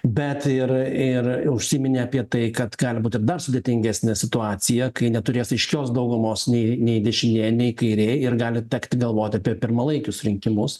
bet ir ir užsiminė apie tai kad gali būt ir dar sudėtingesnė situacija kai neturės aiškios daugumos nei nei dešinė nei kairė ir gali tekti galvot apie pirmalaikius rinkimus